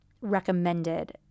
recommended